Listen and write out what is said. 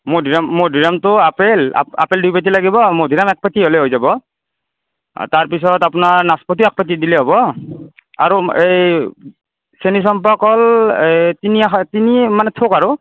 মধুৰিআম মধুৰিআমটো apple apple দুই পেটি লাগিব মধুৰিআম এক পেটি হ'লে হৈ যাব তাৰপিছত আপোনাৰ নাচপতি একপেটি দিলে হ'ব আৰু এই চেনীচম্পা কল এই তিনি আশা তিনি মানে থোক আৰু